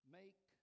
make